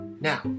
Now